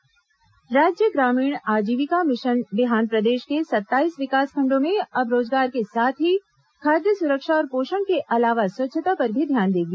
आजीविका मिशन राज्य ग्रामीण आजीविका मिशन बिहान प्रदेश के सत्ताईस विकासखंड़ों में अब रोजगार के साथ ही खाद्य सुरक्षा और पोषण के अलावा स्वच्छता पर भी ध्यान देगी